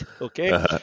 okay